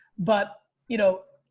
but you know,